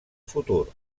futur